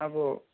अब